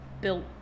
built